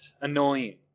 annoying